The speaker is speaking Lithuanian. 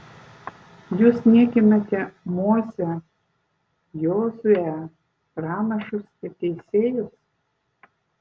jūs niekinate mozę jozuę pranašus ir teisėjus